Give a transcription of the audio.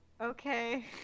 Okay